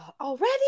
already